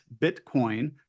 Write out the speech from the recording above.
Bitcoin